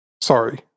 sorry